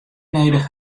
nedich